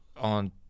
On